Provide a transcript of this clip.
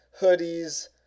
hoodies